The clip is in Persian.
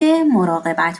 مراقبت